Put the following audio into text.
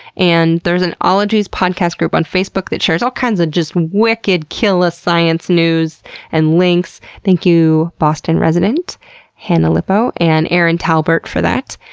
and there's an ologies podcast group on facebook that shares all kinds of wicked killa science news and links. thank you boston resident hannah lipow and erin talbert for that.